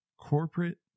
Corporate